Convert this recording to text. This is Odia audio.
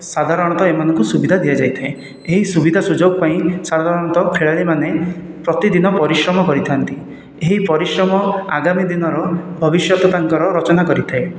ସାଧାରଣତଃ ଏମାନଙ୍କୁ ସୁବିଧା ଦିଆଯାଇଥାଏ ଏହି ସୁବିଧା ସୁଯୋଗ ପାଇଁ ସାଧାରଣତଃ ପ୍ରତିଦିନ ପରିଶ୍ରମ କରିଥାନ୍ତି ଏହି ପରିଶ୍ରମ ଆଗାମୀ ଦିନର ଭବିଷ୍ୟତ ତାଙ୍କର ରଚନା କରିଥାଏ